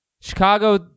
Chicago